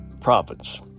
Province